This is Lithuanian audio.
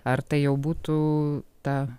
ar tai jau būtų ta